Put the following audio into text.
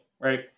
right